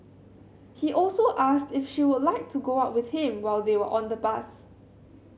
he also asked if she would like to go out with him while they were on the bus